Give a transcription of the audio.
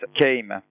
came